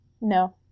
No